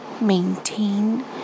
maintain